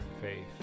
faith